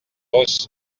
ross